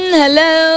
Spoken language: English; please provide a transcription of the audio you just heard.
hello